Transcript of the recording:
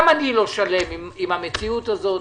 גם אני לא שלם עם המציאות הזאת.